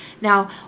Now